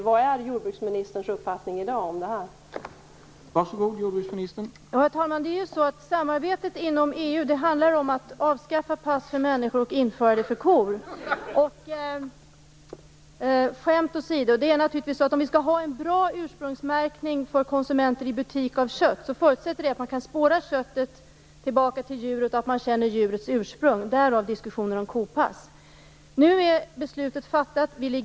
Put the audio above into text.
Vilken är jordbruksministerns uppfattning om detta i dag?